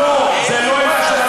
זה לא עמדה, זה של הממשלה.